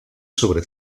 sobre